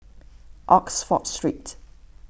Oxford Street